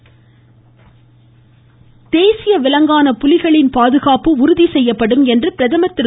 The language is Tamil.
பிரதமர் தேசிய விலங்கான புலிகளின் பாதுகாப்பு உறுதி செய்யப்படும் என்று பிரதமா் திரு